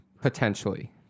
Potentially